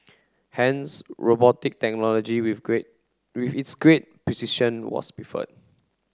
hence robotic technology with great with its great precision was preferred